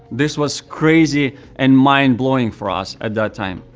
this was crazy and mind-blowing for us at that time.